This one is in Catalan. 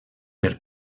per